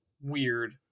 weird